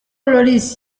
lloris